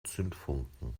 zündfunken